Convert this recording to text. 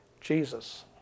Jesus